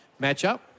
matchup